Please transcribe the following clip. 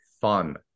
fun